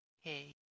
Hey